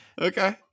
Okay